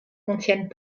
contiennent